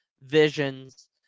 visions